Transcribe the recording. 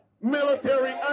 Military